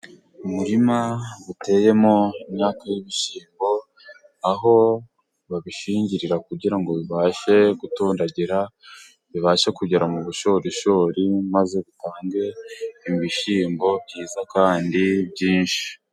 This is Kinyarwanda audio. Umurima uteyemo imyaka y'ibishyimbo, aho babishingirira kugira ngo bibashe gutondagira, bibashe kugera mu bushorishori maze bitange ibishyimbo byiza kandi byinshi.